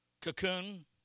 Cocoon